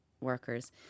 workers